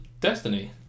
Destiny